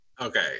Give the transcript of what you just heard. Okay